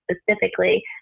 specifically